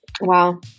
Wow